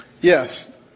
Yes